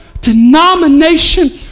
denomination